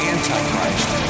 Antichrist